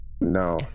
No